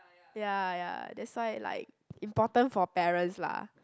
ya ya that's why like important for parents lah